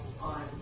on